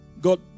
God